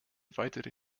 weitere